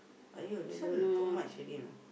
!aiyo! this one too much already lah